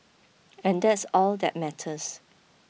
and that's all that matters